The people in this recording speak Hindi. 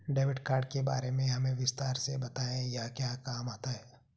डेबिट कार्ड के बारे में हमें विस्तार से बताएं यह क्या काम आता है?